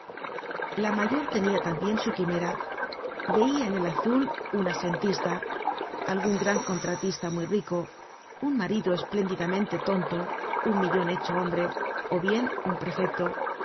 la mayor tenia tambien su quimera veia en el azul un asentista algun gran contratista muy rico un marido espléndidamente tonto un millon hecho hombre ó bien un prefecto